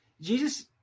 Jesus